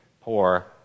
poor